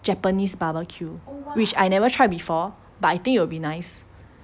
japanese barbecue which I never try before but I think it'll be nice